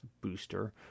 booster